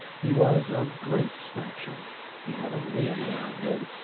he was of great stature he had a leonine head,